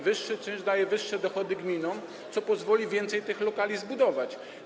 Wyższy czynsz daje wyższe dochody gminom, co pozwoli więcej tych lokali zbudować.